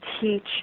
teach